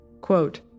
Quote